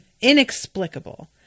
inexplicable